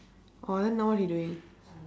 orh then now what he doing